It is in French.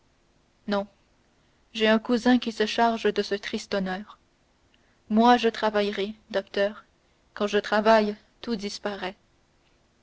non j'ai un cousin qui se charge de ce triste honneur moi je travaillerai docteur quand je travaille tout disparaît